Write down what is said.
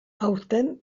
aurten